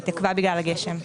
היא התעכבה בגלל הגשם.